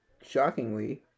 shockingly